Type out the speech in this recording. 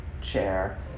chair